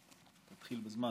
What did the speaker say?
תודה רבה,